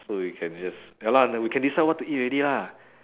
so we can just ya lah and we can decide what to eat already lah